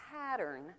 pattern